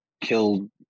killed